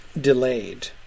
delayed